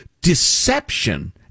deception